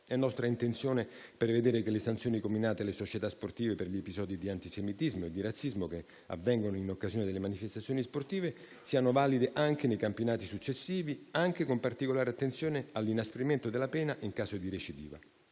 È nostra intenzione prevedere che le sanzioni comminate alle società sportive per gli episodi di antisemitismo e razzismo che avvengono in occasione delle manifestazioni sportive siano valide anche nei campionati successivi, con particolare attenzione anche all'inasprimento della pena in caso di recidiva.